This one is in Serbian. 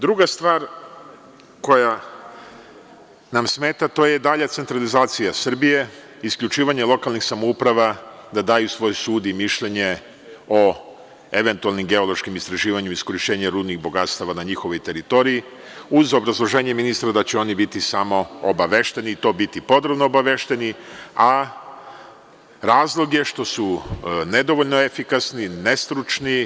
Druga stvar koja nam smeta to je dalja centralizacija Srbije, isključivanje lokalnih samouprava da daju svoj sud i mišljenje o eventualnim geološkim istraživanjem i iskorišćenje rudnih bogatstava na njihovoj teritoriji uz obrazloženje ministra da će oni biti samo obavešteni i to biti podrobno obavešteni, a razlog je što su nedovoljno efikasni, nestručni.